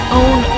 own